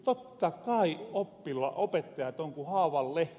totta kai opettajat on ku haavanlehtiä